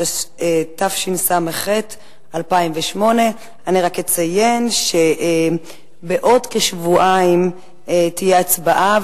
התשס"ח 2008. אני רק אציין שבעוד כשבועיים תהיה הצבעה,